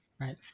right